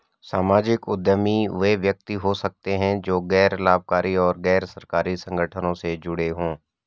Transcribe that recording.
सामाजिक उद्यमी वे व्यक्ति हो सकते हैं जो गैर लाभकारी और गैर सरकारी संगठनों से जुड़े हों